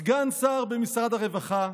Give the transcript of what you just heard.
סגן שר במשרד הרווחה,